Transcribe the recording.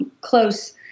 close